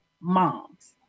moms